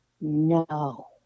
No